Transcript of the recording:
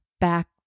back